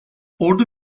ordu